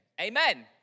amen